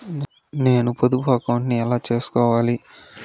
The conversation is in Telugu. నేను పొదుపు అకౌంటు ను ఎలా సేసుకోవాలి?